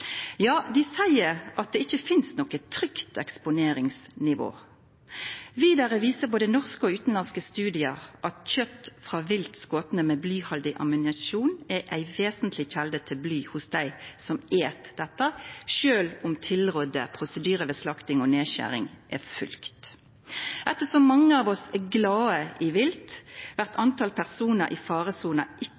Ja, dei seier at det ikkje finst noko trygt eksponeringsnivå. Vidare viser både norske og utanlandske studiar at kjøt frå vilt skote med blyhaldig ammunisjon er ei vesentleg kjelde til bly hos dei som et dette, sjølv om tilrådde prosedyrar ved slakting og nedskjering er følgde. Ettersom mange av oss er glade i vilt, lèt talet på personar i faresona seg ikkje